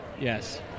Yes